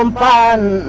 um plan